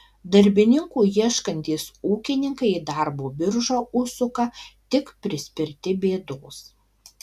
darbininkų ieškantys ūkininkai į darbo biržą užsuka tik prispirti bėdos